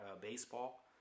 baseball